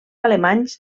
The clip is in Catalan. alemanys